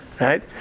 right